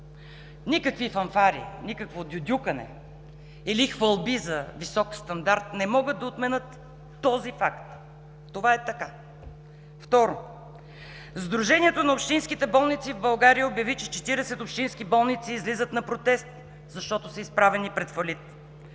Никакви фанфари, никакво дюдюкане или хвалби за висок стандарт не могат да отменят този факт. Това е така! Второ, сдружението на общинските болници в България обяви, че 40 общински болници излизат на протест, защото са изправени пред фалит.